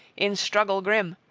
in struggle grim,